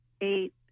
eight